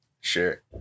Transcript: sure